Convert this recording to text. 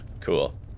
Cool